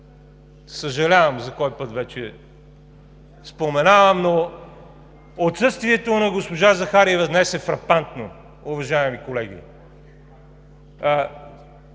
съжалявам, за кой път вече споменавам, но отсъствието на госпожа Захариева днес е фрапантно, уважаеми колеги.